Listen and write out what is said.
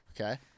Okay